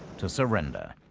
to surrender.